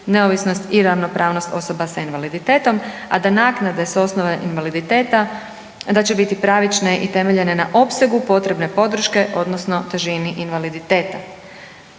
neovisnost i ravnopravnost osoba sa invaliditetom, a da naknade s osnova invaliditeta da će biti pravične i temeljene na opsegu potrebne podrške odnosno težini invaliditeta.